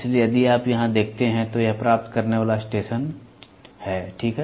इसलिए यदि आप यहां देखते हैं तो यह प्राप्त करने वाला स्टेशन है ठीक है